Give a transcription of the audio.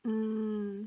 mm